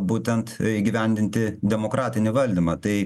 būtent įgyvendinti demokratinį valdymą tai